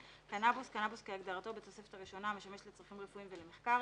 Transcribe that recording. "קנבוס" קנבוס כהגדרתו בתוספת הראשונה המשמש לצרכים רפואיים ולמחקר,